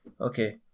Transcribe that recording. Okay